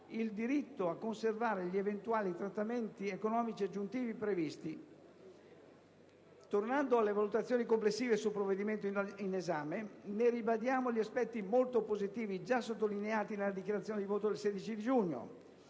del diritto a conservare gli eventuali trattamenti economici aggiuntivi previsti. Tornando alle valutazioni complessive sul provvedimento in esame, ne ribadiamo gli aspetti molto positivi già sottolineati nella dichiarazione di voto del 16 giugno.